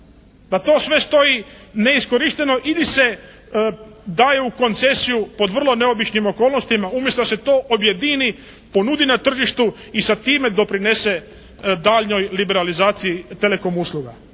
Pa, to stoji sve neiskorišteno ili se daje u koncesiju pod vrlo neobičnim okolnostima, umjesto da se to objedini, ponudi na tržištu i sa time doprinese daljnjoj liberalizaciji Telekom usluga.